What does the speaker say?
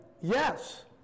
Yes